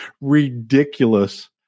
ridiculous